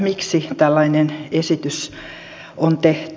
miksi tällainen esitys on tehty